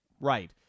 right